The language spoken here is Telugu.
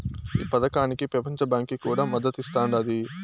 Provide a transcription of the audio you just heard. ఈ పదకానికి పెపంచ బాంకీ కూడా మద్దతిస్తాండాది